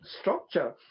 structure